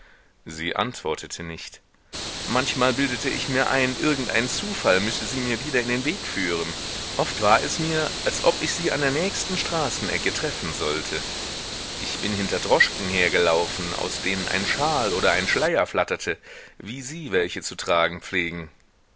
sie antwortete nicht manchmal bildete ich mir ein irgendein zufall müsse sie mir wieder in den weg führen oft war es mir als ob ich sie an der nächsten straßenecke treffen sollte ich bin hinter droschken hergelaufen aus denen ein schal oder ein schleier flatterte wie sie welche zu tragen pflegen